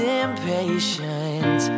impatient